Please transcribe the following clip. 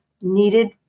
needed